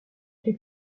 les